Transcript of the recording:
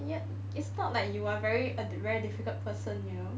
it's not like you are very a very difficult person you know